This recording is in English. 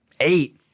eight